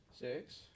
Six